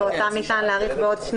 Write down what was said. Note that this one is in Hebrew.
15 שבועות ואותם ניתן להאריך בעוד 12